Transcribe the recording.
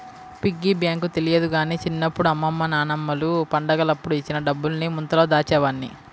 piggy bank తెలియదు గానీ చిన్నప్పుడు అమ్మమ్మ నాన్నమ్మలు పండగలప్పుడు ఇచ్చిన డబ్బుల్ని ముంతలో దాచేవాడ్ని